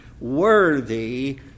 worthy